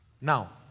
Now